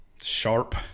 sharp